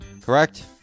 Correct